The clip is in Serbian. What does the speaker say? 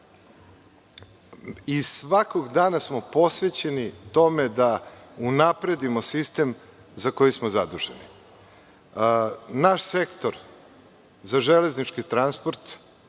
Svakog dana smo posvećeni tome da unapredimo sistem za koji smo zaduženi. Naš sektor za železnički transport